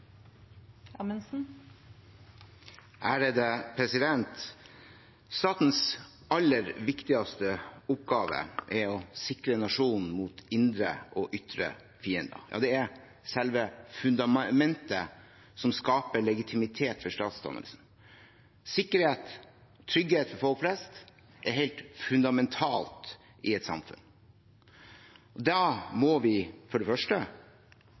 å sikre nasjonen mot indre og ytre fiender. Ja, det er selve fundamentet som skaper legitimitet for statsdannelsen. Sikkerhet – trygghet for folk flest – er helt fundamentalt i et samfunn. Da må vi for det første